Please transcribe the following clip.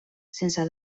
sense